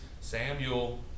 Samuel